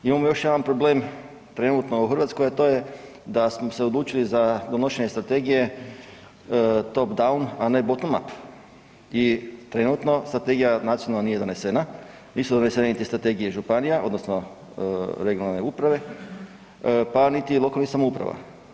Imamo još jedan problem trenutno u Hrvatskoj da smo se odlučili za donošenje strategije top down, a ne bottom up i trenutno strategija nacionalna nije donesena, nisu donesene niti strategije županija odnosno regionalne uprave pa niti lokalnih samouprava.